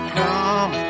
come